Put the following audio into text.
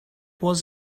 was